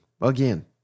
again